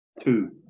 Two